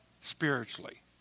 spiritually